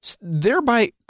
Thereby